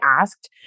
asked